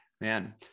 man